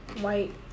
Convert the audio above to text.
White